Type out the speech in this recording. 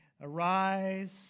arise